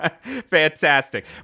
Fantastic